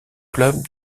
club